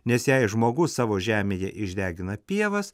nes jei žmogus savo žemėje išdegina pievas